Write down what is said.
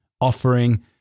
offering